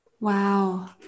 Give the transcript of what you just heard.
wow